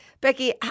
Becky